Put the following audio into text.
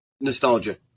nostalgia